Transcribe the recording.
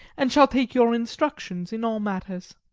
and shall take your instructions in all matters.